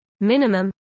minimum